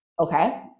okay